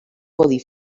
codi